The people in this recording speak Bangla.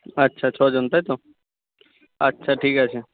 আচ্ছা ছজন তাই তো আচ্ছা ঠিক আছে